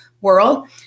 world